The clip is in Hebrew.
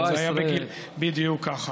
17. בדיוק ככה.